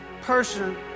person